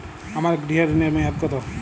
আমার গৃহ ঋণের মেয়াদ কত?